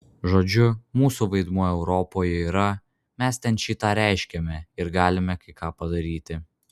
žodžiu mūsų vaidmuo europoje yra mes ten šį tą reiškiame ir galime kai ką padaryti